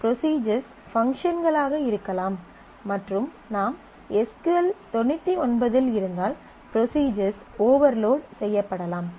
procedures பங்க்ஷன்ஸ்களாக இருக்கலாம் மற்றும் நாம் எஸ் க்யூ எல் 99 இல் இருந்தால் ப்ரொஸிஜர்ஸ் ஓவர்லோட் செய்யப்படலாம்